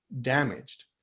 damaged